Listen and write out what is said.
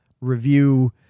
review